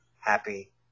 happy